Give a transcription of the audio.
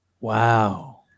Wow